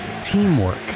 teamwork